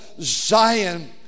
Zion